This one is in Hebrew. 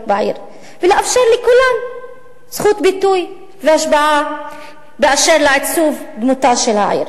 בעיר ולאפשר לכולם זכות ביטוי והשפעה באשר לעיצוב דמותה של העיר".